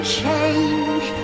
change